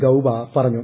ഗൌബ പറഞ്ഞു